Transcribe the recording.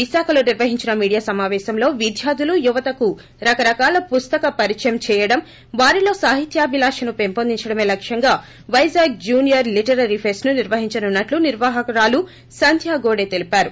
విశాఖలో నిర్వహించిన మీడియా సమాపేశంలో విద్యార్థులు యవతకు రకరకాల పుస్తకపరిచయం చేయడం వారిలో సాహిత్యాభిలాషను పెంపొందించడమే లక్ష్యంగా వైజాగ్ జునియర్ లీటరరీ ఫెస్ట్ ను నిర్వహించనున్నట్లు నిర్వహకురాలు సంధ్య గోడె తెలిపారు